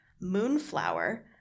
Moonflower